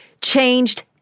changed